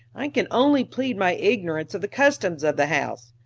i can only plead my ignorance of the customs of the house.